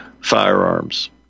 firearms